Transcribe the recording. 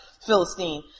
Philistine